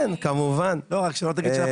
במכרזים של השלטון המקומי,